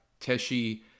Teshi